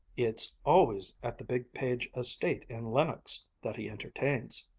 it's always at the big page estate in lenox that he entertains,